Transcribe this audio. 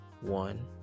one